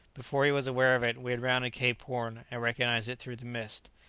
before he was aware of it, we had rounded cape horn i recognized it through the mist.